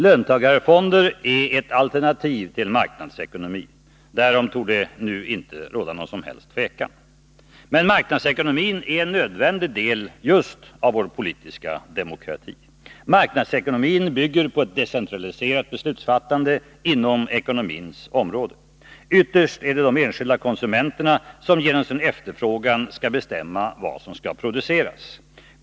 Löntagarfonder är ett alternativ till marknadsekonomi — därom torde nu inte råda något som helst tvivel. Men marknadsekonomin är en nödvändig del av just vår politiska demokrati. Marknadsekonomin bygger på ett decentraliserat beslutsfattande inom ekonomins område. Ytterst är det de enskilda konsumenterna som genom sin efterfrågan skall bestämma vad som skall produceras.